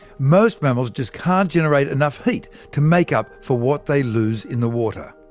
most mammals just can't generate enough heat to make up for what they lose in the water.